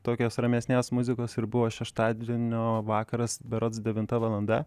tokios ramesnės muzikos ir buvo šeštadienio vakaras berods devinta valanda